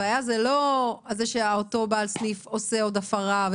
הבעיה היא לא שאותו בעל סניף עושה עוד הפרה,